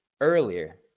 earlier